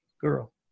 girl